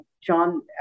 John